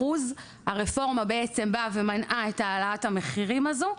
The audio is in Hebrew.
הרפורמה באה ומנעה את העלאת המחירים הזו,